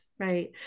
Right